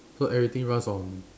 so everything runs on